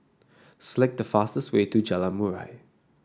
select the fastest way to Jalan Murai